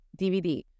DVD